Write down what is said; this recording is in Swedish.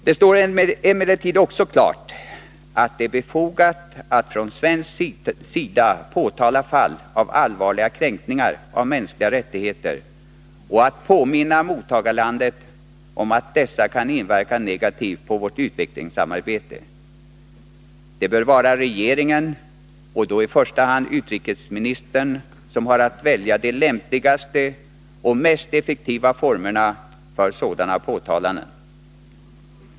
Detstår emellertid klart att det är befogat att från svensk sida påtala fall av allvarliga kränkningar av mänskliga rättigheter och påminna mottagarlandet om att dessa kan inverka negativt på vårt utvecklingssamarbete. Det bör vara regeringen, och då i första hand utrikesministern, som har att välja de lämpligaste och mest effektiva formerna för sådana påtalanden.